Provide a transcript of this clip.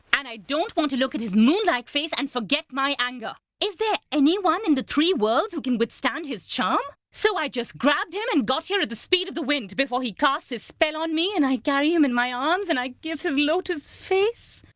and, i don't want to look at his moonlike face and forget my anger! is there anyone in the three worlds who can withstand his charm? so i just grabbed him and got here at the speed of the wind before he casts his spell on me and i carry him in my arms and i kiss his lotus face!